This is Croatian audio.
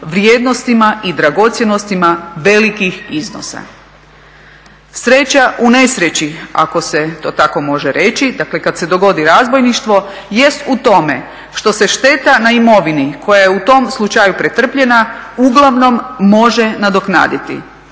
vrijednostima i dragocjenostima velikih iznosa. Sreća u nesreći, ako se to tako može reći, dakle kad se dogodi razbojništvo jest u tome što se šteta na imovini koja je u tom slučaju pretrpljena uglavnom može nadoknaditi